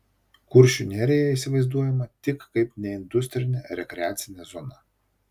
kuršių nerija įsivaizduojama tik kaip neindustrinė rekreacinė zona